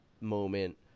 moment